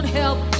help